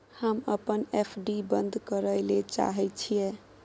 हम अपन एफ.डी बंद करय ले चाहय छियै